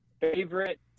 favorite